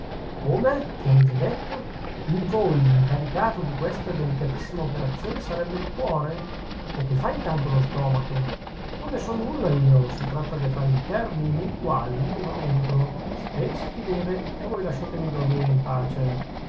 come che avete detto in voi l'incaricato di questa delicatissima operazione sarebbe il cuore o che fa intanto lo stomaco non ne so nulla io si tratta di affari interni nei quali io non entro ci pensi chi deve e voi lasciatemi dormire in pace